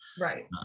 Right